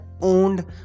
owned